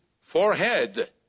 forehead